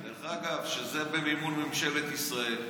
דרך אגב, זה במימון ממשלת ישראל.